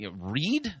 read